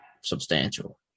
substantial